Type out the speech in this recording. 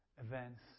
events